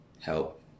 help